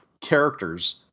characters